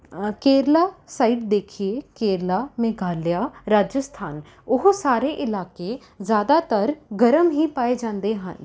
Kerala side ਦੇਖੀਏ ਕੇਰਲਾ ਮੇਘਾਲਿਆ ਰਾਜਸਥਾਨ ਉਹ ਸਾਰੇ ਇਲਾਕੇ ਜ਼ਿਆਦਾਤਰ ਗਰਮ ਹੀ ਪਾਏ ਜਾਂਦੇ ਹਨ